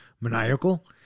maniacal